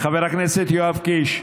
חבר הכנסת יואב קיש,